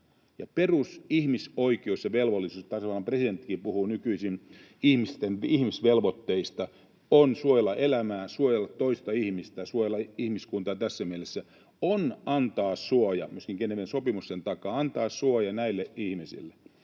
perusihmisoikeus ja -velvollisuus — tasavallan presidenttikin puhuu nykyisin ihmisvelvoitteista — on suojella elämää, suojella toista ihmistä, suojella ihmiskuntaa. Tässä mielessä on annettava suojaa — myöskin Geneven sopimus sen takaa — näille ihmisille.